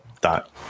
dot